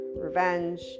revenge